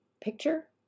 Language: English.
picture